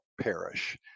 perish